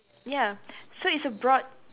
ya so it's a broad